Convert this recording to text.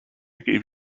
gave